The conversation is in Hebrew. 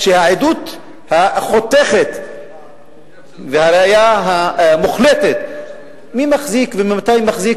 וזו העדות החותכת והראיה המוחלטת מי מחזיק וממתי מחזיק,